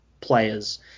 players